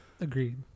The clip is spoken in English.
Agreed